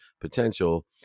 potential